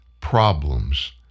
problems